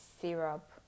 syrup